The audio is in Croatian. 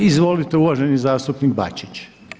Izvolite, uvaženi zastupnik Bačić.